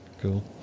Cool